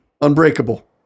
Unbreakable